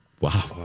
Wow